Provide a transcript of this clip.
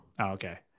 okay